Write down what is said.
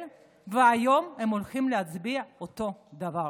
והיום הם הולכים להצביע אותו דבר.